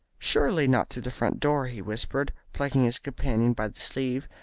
surely not through the front door, he whispered, plucking his companion by the sleeve.